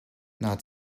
not